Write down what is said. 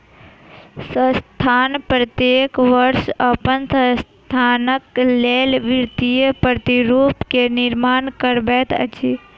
संस्थान प्रत्येक वर्ष अपन संस्थानक लेल वित्तीय प्रतिरूपण के निर्माण करबैत अछि